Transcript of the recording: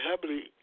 heavily